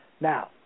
now